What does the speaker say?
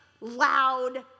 loud